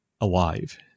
alive